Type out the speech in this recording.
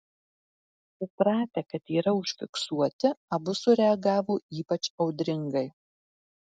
supratę kad yra užfiksuoti abu sureagavo ypač audringai